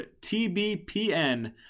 TBPN